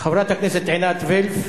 חברת הכנסת עינת וילף,